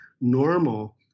normal